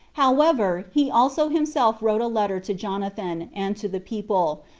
however he also himself wrote a letter to jonathan, and to the people,